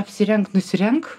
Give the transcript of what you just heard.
apsirenk nusirenk